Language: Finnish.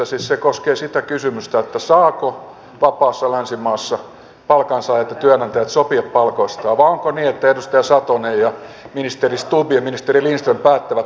se siis koskee sitä kysymystä saavatko vapaassa länsimaassa palkansaajat ja työnantajat sopia palkoistaan vai onko niin että edustaja satonen ministeri stubb ja ministeri lindström päättävät palkkaleikkaukset